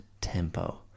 tempo